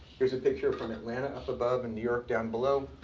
here's a picture from atlanta up above, and new york down below,